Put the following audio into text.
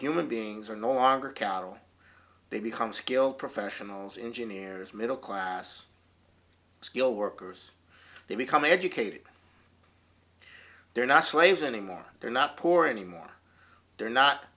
human beings are no longer cattle they become skilled professionals engine heirs middle class skilled workers they become educated they're not slaves anymore they're not poor anymore they're not